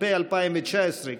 התש"ף 2019,